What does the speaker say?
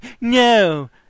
No